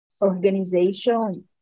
organization